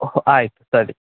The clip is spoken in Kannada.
ಓಹೊ ಆಯ್ತು ಸರಿ